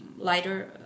lighter